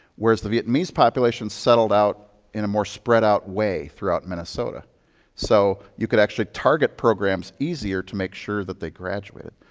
whereas the vietnamese population settled out in a more spread out way throughout minnesota so you could actually target programs easier to make sure that they graduated.